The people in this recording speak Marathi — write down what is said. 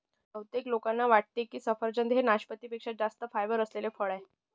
बहुतेक लोकांना वाटते की सफरचंद हे नाशपाती पेक्षा जास्त फायबर असलेले फळ आहे